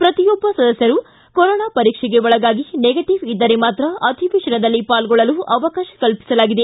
ಪ್ರತಿಯೊಬ್ಬ ಸದಸ್ಕರು ಕೊರೋನಾ ಪರೀಕ್ಷೆಗೆ ಒಳಗಾಗಿ ನೆಗೆಟವ್ ಇದ್ದರೆ ಮಾತ್ರ ಅಧಿವೇತನದಲ್ಲಿ ಪಾಲ್ಗೊಳ್ಳಲು ಅವಕಾಶ ಕಲ್ಪಿಸಲಾಗಿದೆ